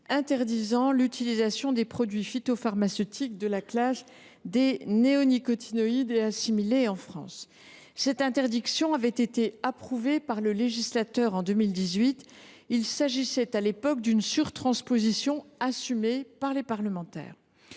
interdit l’utilisation des produits phytopharmaceutiques de la classe des néonicotinoïdes et assimilés en France. Cette interdiction avait été approuvée par le législateur en 2018. Il s’agissait à l’époque d’une surtransposition assumée par les parlementaires.